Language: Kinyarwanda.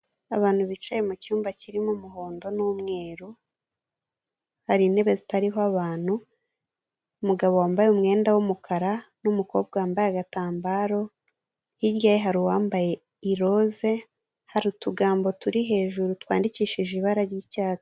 Abantu bicaye mu cyumba kirimo umuhondo n'umweru, hari intebe zitariho abantu, umugabo wambaye umwenda w'umukara n'umukobwa wambaye agatambaro, hirya ye hari uwambaye iroze, hari utugambo turi hejuru twandikishije ibara ry'icyatsi.